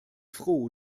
froh